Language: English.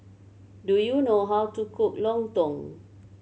do you know how to cook lontong